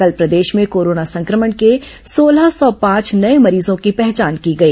कल प्रदेश में कोरोना संक्रमण के सोलह सौ पांच नये मरीजों की पहचान की गई